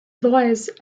voice